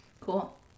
Cool